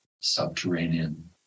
subterranean